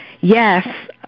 yes